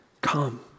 Come